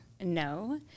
no